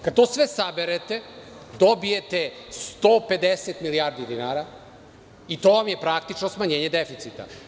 Kada sve to saberete, dobijete 150 milijardi dinara i to vam je praktično smanjenje deficita.